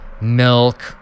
milk